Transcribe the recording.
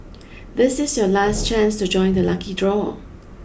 this is your last chance to join the lucky draw